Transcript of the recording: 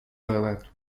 دارد